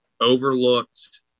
overlooked